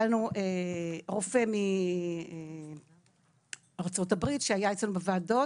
היה לנו רופא מארצות הברית שהיה אצלנו בוועדות,